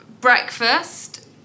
breakfast